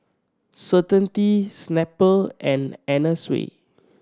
Certainty Snapple and Anna Sui